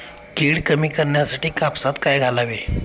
कीड कमी करण्यासाठी कापसात काय घालावे?